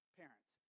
parents